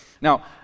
Now